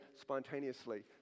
spontaneously